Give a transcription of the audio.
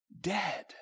dead